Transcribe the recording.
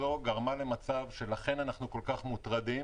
לכן אנחנו כל-כך מוטרדים